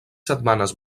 setmanes